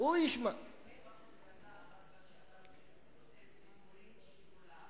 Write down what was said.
לפני דקה אמרת שאתה רוצה שידור ציבורי של כולם.